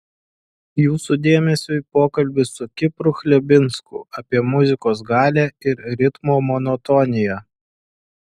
jūsų dėmesiui pokalbis su kipru chlebinsku apie muzikos galią ir ritmo monotoniją